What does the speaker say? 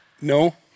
No